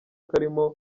karimo